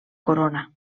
corona